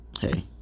hey